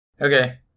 Okay